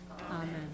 Amen